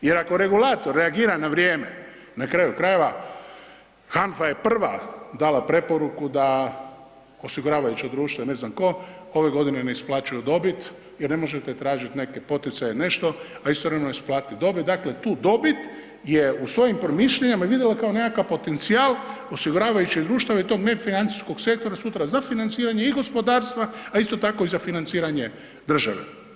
Jer ako regulator reagira na vrijeme, na kraju krajeva, HANFA je prva dala preporuku da osiguravajuća društva i ne znam tko ove godine ne isplaćuju dobit jer ne možete tražiti neke poticaje i nešto, a istovremeno isplatiti dobit, dakle tu dobit je u svojim promišljanjima vidjela kao nekakav potencijal osiguravajućih društava i tog nefinancijskog sektora sutra za financiranje i gospodarstva, a isto tako i za financiranje države.